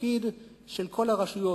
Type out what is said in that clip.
התפקיד של כל הרשויות,